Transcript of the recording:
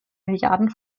milliarden